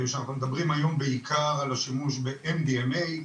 מדברים היום בעיקר על השימוש ב-MDMA.